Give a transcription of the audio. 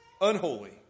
unholy